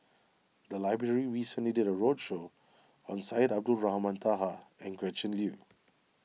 the library recently did a roadshow on Syed Abdulrahman Taha and Gretchen Liu